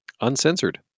uncensored